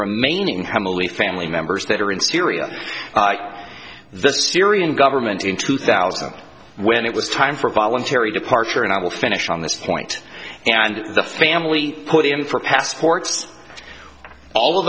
remaining family family members that are in syria the syrian government in two thousand when it was time for voluntary departure and i will finish on this point and the family put in for passports all of